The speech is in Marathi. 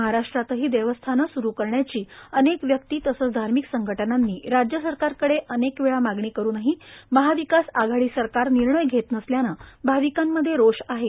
महाराष्ट्रातही देवस्थाने सुरू करण्याची अनेक व्यक्ती तसेच धार्मिक संघटनांनी राज्य सरकारकडे अनेक वेळा मागणी करूनही महाविकास आघाडी सरकार निर्णय घेत नसल्याने भाविकांमध्ये रोष आहे